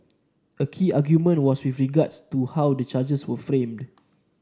a key argument was with regards to how the charges were framed